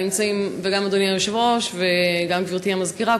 וגם אדוני היושב-ראש וגם גברתי המזכירה,